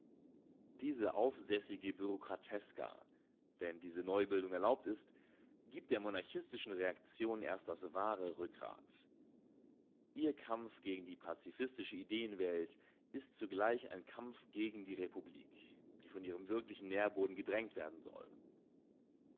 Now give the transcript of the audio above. diese aufsässige bureaukrateska wenn diese neubildung erlaubt ist gibt der monarchistischen reaktion erst das wahre rückgrat ihr kampf gegen die pazifistische ideenwelt ist zugleich ein kampf gegen die republik die von ihrem wirklichen nährboden gedrängt werden soll